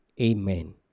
Amen